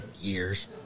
years